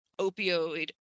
opioid